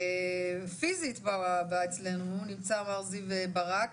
פיזית אצלנו נמצא מר זיו ברק